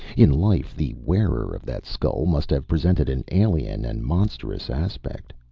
in life the wearer of that skull must have presented an alien and monstrous aspect.